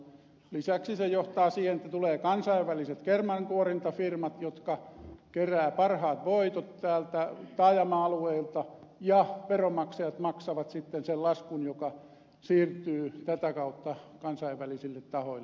lisäksi se johtaa siihen että tulee kansainväliset kermankuorintafirmat jotka keräävät parhaat voitot taajama alueilta ja veronmaksajat maksavat sitten sen laskun joka siirtyy tätä kautta kansainvälisille tahoille